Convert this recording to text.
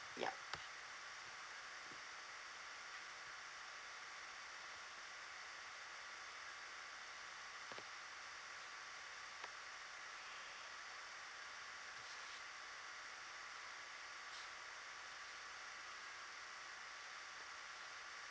yup